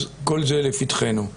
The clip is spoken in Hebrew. אז כל זה לפתחנו.